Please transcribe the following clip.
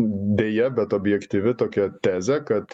deja bet objektyvi tokia tezė kad